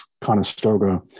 Conestoga